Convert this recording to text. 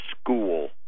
school